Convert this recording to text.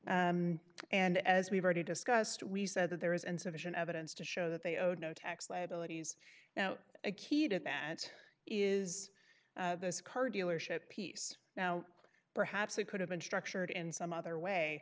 and and as we've already discussed we said that there is insufficient evidence to show that they owed no tax liabilities now a key to that is this car dealership piece now perhaps it could have been structured in some other way